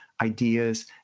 ideas